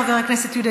חבר הכנסת אורי מקלב,